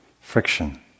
friction